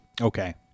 Okay